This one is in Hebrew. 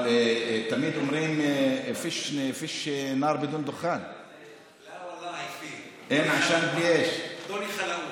אבל תמיד אומרים: (אומר בערבית: אין אש ללא עשן.)